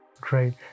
Great